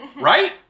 Right